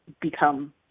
become